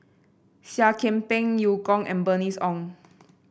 Seah Kian Peng Eu Kong and Bernice Ong